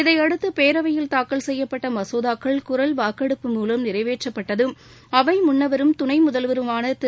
இதைபடுத்து பேரவையில் தாக்கல் செய்யப்பட்ட மசோதாக்கள் குரல் வாக்கெடுப்பு மூலம் நிறைவேற்றப்பட்டதும் அவை முள்ளவரும் துணை முதல்வருமான திரு